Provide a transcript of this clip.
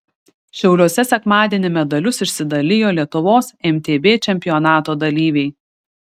šiauliuose sekmadienį medalius išsidalijo lietuvos mtb čempionato dalyviai